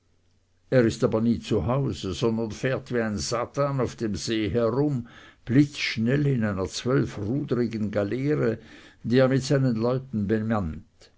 er aber ist nie zu hause sondern fährt wie ein satan auf dem see herum blitzschnell in einer zwölfrudrigen galeere die er mit seinen leuten bemannt